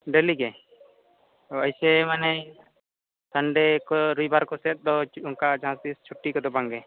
ᱰᱮᱞᱤᱜᱮ ᱦᱳᱭ ᱥᱮ ᱢᱟᱱᱮ ᱥᱟᱱᱰᱮᱠᱚ ᱨᱚᱵᱤᱵᱟᱨᱠᱚ ᱥᱮᱫ ᱫᱚ ᱚᱱᱠᱟ ᱡᱟᱦᱟᱸᱛᱤᱥ ᱪᱷᱩᱴᱤ ᱠᱚᱫᱚ ᱵᱟᱝᱜᱮ